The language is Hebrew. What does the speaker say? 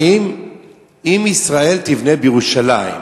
ואם ישראל תבנה בירושלים,